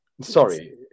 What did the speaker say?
sorry